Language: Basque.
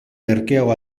merkeago